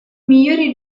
migliori